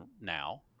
now